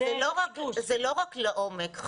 זה לא רק לעומק.